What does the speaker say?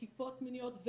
תקיפות מיניות,